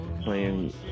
playing